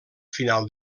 final